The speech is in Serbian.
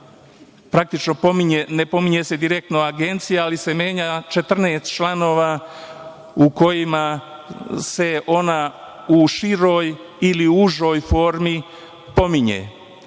izmenama, ne pominje se direktno Agencija, ali se menja 14 članova u kojima se ona u široj ili užoj formi pominje. Zbog